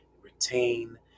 retain